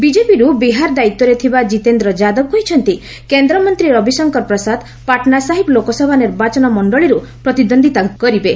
ବିଜେପିରୁ ବିହାର ଦାୟିତ୍ୱରେ ଥିବା ଜିତେନ୍ଦ୍ର ଯାଦବ କହିଛନ୍ତି କେନ୍ଦ୍ରମନ୍ତ୍ରୀ ରବିଶଙ୍କର ପ୍ରସାଦ ପାଟ୍ନା ସାହିବ୍ ଲୋକସଭା ନିର୍ବାଚନ ମଣ୍ଡଳୀରୁ ପ୍ରତିଦ୍ୱନ୍ଦିତା କରିବେ